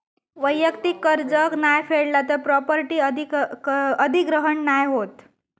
वैयक्तिक कर्ज नाय फेडला तर प्रॉपर्टी अधिग्रहण नाय होत